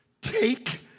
take